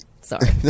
sorry